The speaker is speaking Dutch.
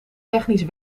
technisch